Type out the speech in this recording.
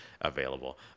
available